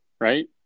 right